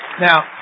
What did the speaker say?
Now